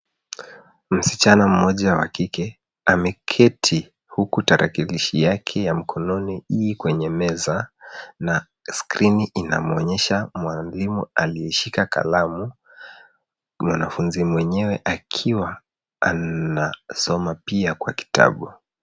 Msichana mmoja wa kike ameketi huku tarakilishi yake ya mkononi I kwenye meza na skrini inamwonyesha mwalimu aliye shika kalamu na mwanafunzi mwenyewe akiwa anasoma pia kwa kitabu.